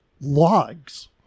logs